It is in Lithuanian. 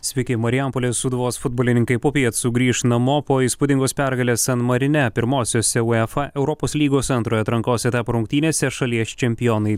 sveiki marijampolės sūduvos futbolininkai popiet sugrįš namo po įspūdingos pergalės san marine pirmosiose uefa europos lygos antrojo atrankos etapo rungtynėse šalies čempionai